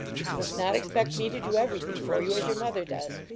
but you must not expect me to do everything for you, as your mother does.